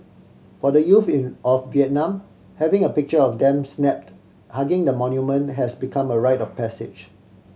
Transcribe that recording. for the youth in of Vietnam having a picture of them snapped hugging the monument has become a rite of passage